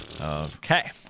Okay